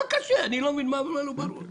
אני לא מבין מה קשה בזה, מה לא ברור.